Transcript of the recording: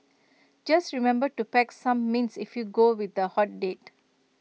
just remember to pack some mints if you go with A hot date